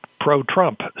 pro-Trump